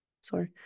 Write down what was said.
Sorry